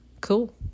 cool